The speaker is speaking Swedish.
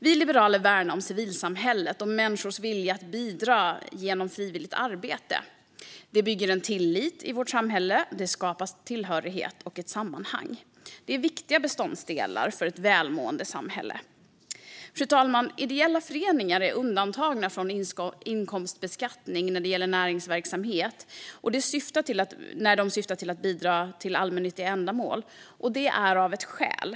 Vi liberaler värnar om civilsamhället och människors vilja att bidra genom frivilligt arbete. Det bygger en tillit i vårt samhälle, och det skapar tillhörighet och ett sammanhang. Det är viktiga beståndsdelar för ett välmående samhälle. Fru talman! Ideella föreningar är undantagna från inkomstbeskattning när det gäller näringsverksamhet i syfte att bidra till allmännyttiga ändamål, detta av flera skäl.